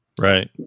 right